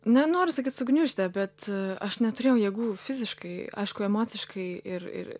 nenoriu sakyt sugniuždė bet aš neturėjau jėgų fiziškai aišku emociškai ir ir